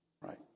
right